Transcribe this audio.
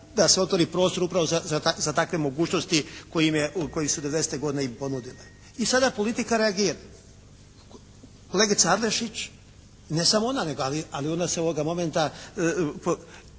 da se otvori prostor upravo za takve mogućnosti koje su '90. godine i ponudile i sada politika reagira. Kolegica Adlešić, ne samo ona nego, ali ona se ovoga momenta